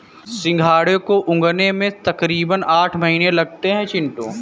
सिंघाड़े को उगने में तकरीबन आठ महीने लगते हैं चिंटू